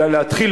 אלא להתחיל